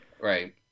right